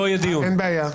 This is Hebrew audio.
אין בעיה.